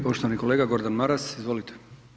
Poštovani kolega Gordan Maras, izvolite.